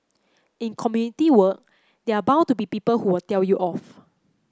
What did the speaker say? in community work there are bound to be people who will tell you off